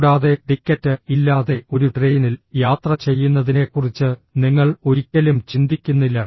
കൂടാതെ ടിക്കറ്റ് ഇല്ലാതെ ഒരു ട്രെയിനിൽ യാത്ര ചെയ്യുന്നതിനെക്കുറിച്ച് നിങ്ങൾ ഒരിക്കലും ചിന്തിക്കുന്നില്ല